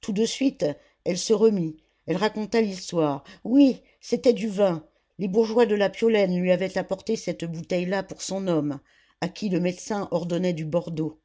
tout de suite elle se remit elle raconta l'histoire oui c'était du vin les bourgeois de la piolaine lui avaient apporté cette bouteille là pour son homme à qui le médecin ordonnait du bordeaux